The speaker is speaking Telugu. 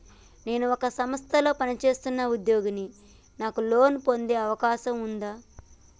నేను ఒక సంస్థలో పనిచేస్తున్న ఉద్యోగిని నాకు లోను పొందే అవకాశం ఉందా?